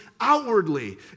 outwardly